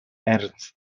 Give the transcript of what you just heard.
ernst